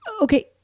Okay